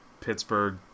Pittsburgh